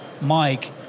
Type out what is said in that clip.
Mike